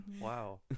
wow